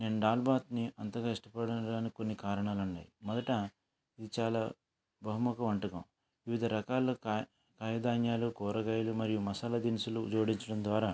నేను దాల్ బాత్ని అంతగా ఇష్టపడడానికి కొన్ని కారణాలు ఉన్నాయి మొదట ఇది చాలా బహుముఖ వంటకం వివిధ రకాల కాయ కాయ ధాన్యాలు కూరగాయలు మరియు మసాలా దినుసులు జోడించడం ద్వారా